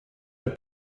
the